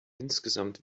insgesamt